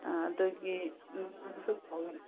ꯑꯗꯨꯒꯤ